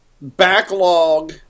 backlog